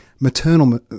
Maternal